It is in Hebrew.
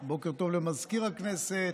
בוקר טוב למזכיר הכנסת.